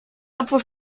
abwurf